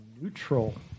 neutral